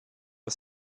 the